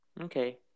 Okay